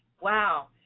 Wow